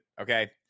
Okay